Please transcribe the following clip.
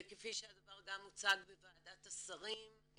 --- וכפי שהדבר גם הוצג בוועדת השרים,